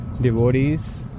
devotees